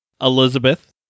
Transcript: Elizabeth